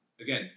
Again